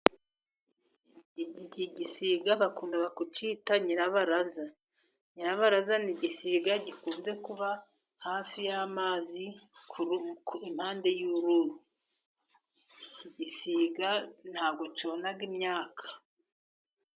Iki gisiga bakunda kucyita nyirabaraza, nyirabaraza ni igisiga gikunze kuba hafi y'amazi, impande y'uruzi, iki gisiga ntabwo cyona imyaka.